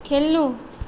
खेल्नु